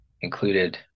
included